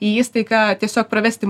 į įstaigą tiesiog pravesti